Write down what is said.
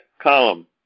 column